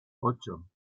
ocho